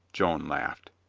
joan laughed.